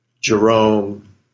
Jerome